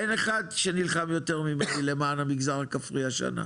אין אחד שנלחם יותר ממני למען המגזר הכפרי השנה,